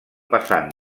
passant